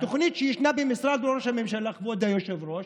התוכנית שיש במשרד ראש הממשלה, כבוד היושב-ראש,